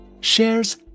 shares